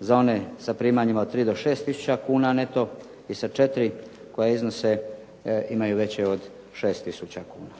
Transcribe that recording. za one sa primanjima od 3 do 6 tisuća kuna neto i sa 4 koji imaju veće od 6 tisuća kuna.